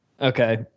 Okay